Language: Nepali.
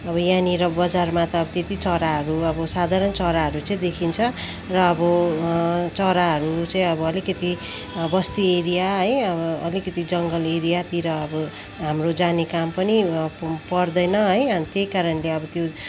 यहाँनिर बजारमा त त्यति चराहरू अब साधारण चराहरू चाहिँ देखिन्छ र अब चराहरू चाहिँ अब अलिकति बस्ती एरिया है अलिकति जङ्गल एरियातिर अब हाम्रो जाने काम पनि पर्दैन है अनि त्यही कारणले अब त्यो